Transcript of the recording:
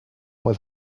with